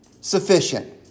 sufficient